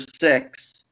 six